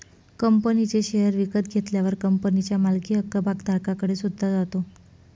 कंपनीचे शेअर विकत घेतल्यावर कंपनीच्या मालकी हक्क भागधारकाकडे सुद्धा जातो